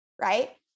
right